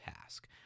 task